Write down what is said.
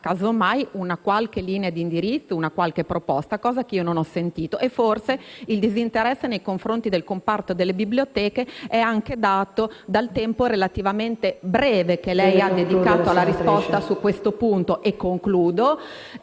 - casomai - una qualche linea di indirizzo, una qualche proposta (che non ho sentito). Forse il disinteresse nei confronti del comparto delle biblioteche è dato anche dal tempo relativamente breve che lei ha dedicato alla risposta su questo punto...